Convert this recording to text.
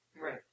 Right